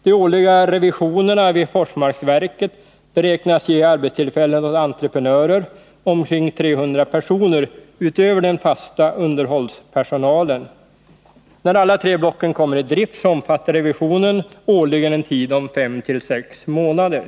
De årliga revisionerna vid Forsmarksverket beräknas ge arbetstillfällen åt entreprenörer, och det gäller ca 300 personer utöver den fasta underhållspersonalen. När alla tre blocken kommer i drift omfattar revisionen årligen en tid om fem sex månader.